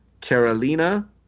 Carolina